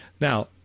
Now